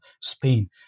Spain